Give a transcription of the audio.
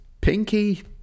Pinky